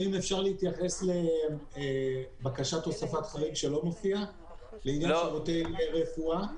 האם אפשר להתייחס לבקשת הוספת חריג שלא מופיע לעניין שירותי רפואה?